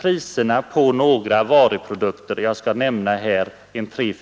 priserna på några varor för att se vad det är för liknande utveckling som vi har haft på varuområde efter varuområde och skall nämna några exempel.